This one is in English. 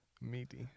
meaty